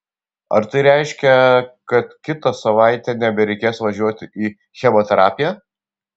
ar tai reiškia kad kitą savaitę nebereikės važiuoti į chemoterapiją